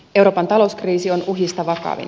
euroopan talouskriisi on uhista vakavin